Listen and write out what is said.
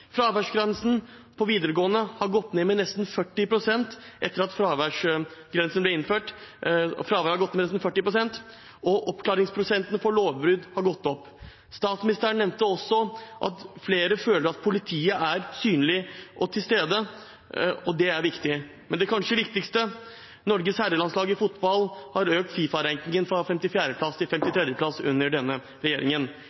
på videregående har gått ned med nesten 40 pst. etter at fraværsgrensen ble innført. Og oppklaringsprosenten for lovbrudd har gått opp. Statsministeren nevnte også at flere føler at politiet er synlig og til stede – og det er viktig. Men det kanskje viktigste: Norges herrelandslag i fotball har klatret på FIFA-rankingen fra 54. plass